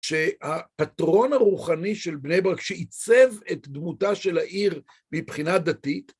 שהפטרון הרוחני של בני ברק, כשעיצב את דמותה של העיר מבחינה דתית,